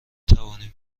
توانیم